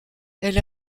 elle